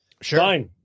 sure